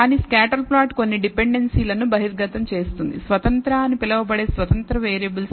కానీ scatter plot కొన్ని డిపెండెన్సీలు ను బహిర్గతం చేస్తుంది స్వతంత్ర అని పిలవబడే స్వతంత్ర వేరియబుల్స్